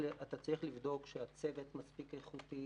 אתה צריך לבדוק שהצוות מספיק איכותי,